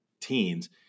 teens